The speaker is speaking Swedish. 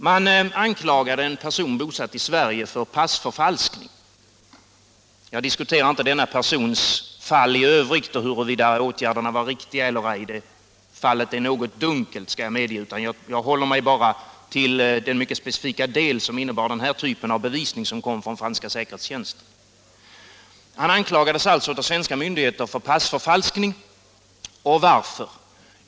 Man anklagade en person bosatt i Sverige för passförfalskning. Jag diskuterar inte denna persons fall i övrigt och huruvida åtgärderna var riktiga eller ej; fallet är något dunkelt, det kan jag medge. Jag håller mig bara till den mycket specifika del som rör den här typen av bevisning som kommer från franska säkerhetstjänsten. Han anklagades alltså av svenska myndigheter för passförfalskning. Varför?